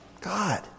God